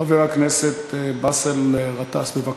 חבר הכנסת באסל גטאס, בבקשה.